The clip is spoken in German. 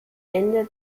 ende